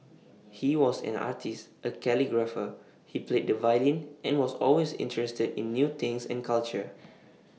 he was an artist A calligrapher he played the violin and was always interested in new things and culture